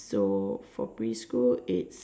so for preschool it's